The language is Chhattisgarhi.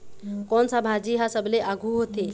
कोन सा भाजी हा सबले आघु होथे?